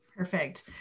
Perfect